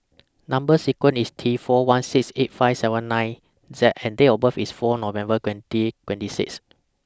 Number sequence IS T four one six eight five seven nine Z and Date of birth IS four November twenty twenty six